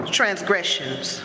transgressions